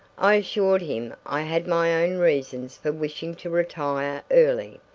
i assured him i had my own reasons for wishing to retire early.